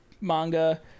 manga